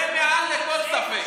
זה מעל לכל ספק.